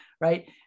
right